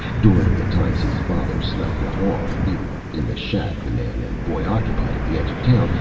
during the times his father slept one off, either in the shack the man and boy occupied at the edge of town,